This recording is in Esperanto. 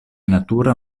natura